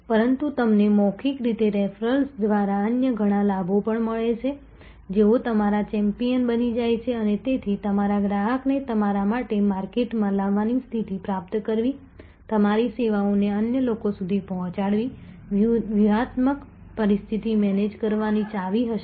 પરંતુ તમને મૌખિક રીતે રેફરલ દ્વારા અન્ય ઘણા લાભો પણ મળે છે તેઓ તમારા ચેમ્પિયન બની જાય છે અને તેથી તમારા ગ્રાહકને તમારા માટે માર્કેટમાં લાવવાની સ્થિતિ પ્રાપ્ત કરવી તમારી સેવાઓને અન્ય લોકો સુધી પહોંચાડવી વ્યૂહાત્મક પરિસ્થિતિ મેનેજ કરવાની ચાવી હશે